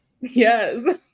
yes